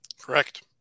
Correct